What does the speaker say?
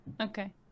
Okay